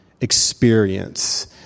experience